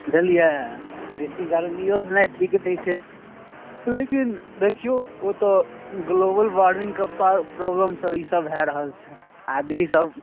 बुझलियै बेसी गर्मियो भेनाइ ठीक नहि छै लेकिन दखियौ ओ तऽ ग्लोबल वार्मिंग के प्रॉब्लम सँ ई सभ भऽ रहल छै आदमी सभ